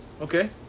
okay